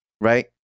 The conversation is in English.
right